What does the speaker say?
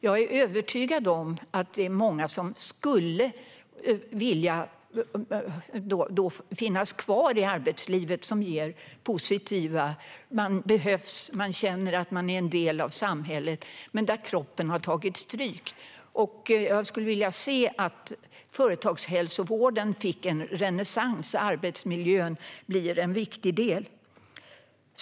Jag är övertygad om att många skulle vilja vara kvar i arbetslivet, vilket är positivt eftersom man behövs och känner att man är en del av samhället, men kroppen har tagit stryk. Jag skulle vilja se att företagshälsovården får en renässans och att arbetsmiljön blir en viktig del.